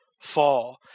fall